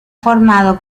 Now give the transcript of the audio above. formado